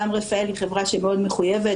גם רפאל היא חברה שמאוד מחויבת,